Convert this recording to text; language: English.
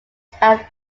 held